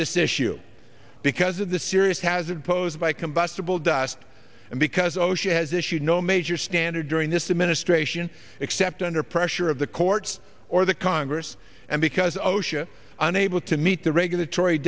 this issue because of the serious hazard posed by combustible dust and because osha has issued no major standard during this administration except under pressure of the courts or the congress and because osha unable to meet the regulatory